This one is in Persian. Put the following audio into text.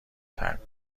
ترک